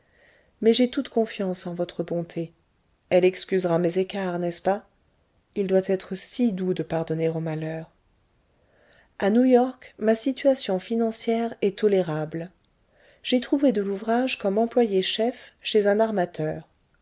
mais j'ai toute confiance en votre bonté elle excusera mes écarts n'est-ce pas il doit être si doux de pardonner au malheur a new-york ma situation financière est tolérable j'ai trouvé de l'ouvrage comme employé chef chez un armateur